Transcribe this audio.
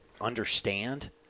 understand